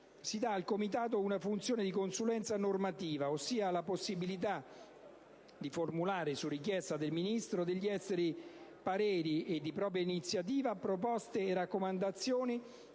si dà ai Comitati una funzione di consulenza normativa, ossia la possibilità di formulare, su richiesta del Ministro degli affari esteri, pareri e, di propria iniziativa, proposte e raccomandazioni